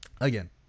again